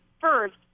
first